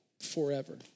forever